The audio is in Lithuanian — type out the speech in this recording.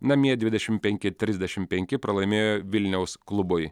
namie dvidešimt penki trisdešimt penki pralaimėjo vilniaus klubui